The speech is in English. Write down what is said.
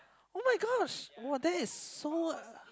[oh]-my-gosh !wah! that is so